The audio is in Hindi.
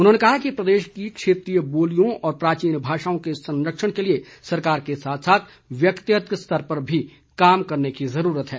उन्होंने कहा कि प्रदेश की क्षेत्रीय बोलियों और प्राचीन भाषाओं के संरक्षण के लिए सरकार के साथ साथ व्यक्तिगत स्तर पर भी काम करने की जरूरत है